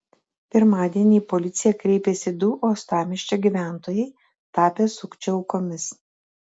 pirmadienį į policiją kreipėsi du uostamiesčio gyventojai tapę sukčių aukomis